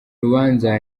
rubanza